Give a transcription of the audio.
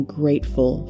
grateful